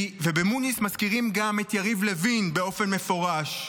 ובמודי'ס מזכירים גם את יריב לוין באופן מפורש.